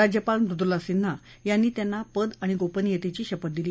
राज्यपाल मृद्ला सिन्हा यांनी त्यांना पद आणि गोपनियतेची शपथ दिली